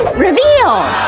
reveal!